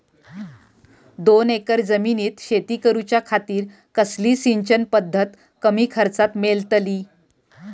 दोन एकर जमिनीत शेती करूच्या खातीर कसली सिंचन पध्दत कमी खर्चात मेलतली?